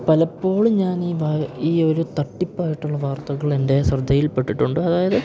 പലപ്പോഴും ഞാൻ ഈ വാ ഈ ഒരു തട്ടിപ്പായിട്ടുള്ള വാർത്തകളെൻ്റെ ശ്രദ്ധയിൽ പ്പെട്ടിട്ടുണ്ട് അതായത്